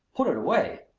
put it away!